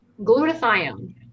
glutathione